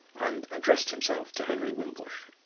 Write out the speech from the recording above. and addressed himself to henry wimbush.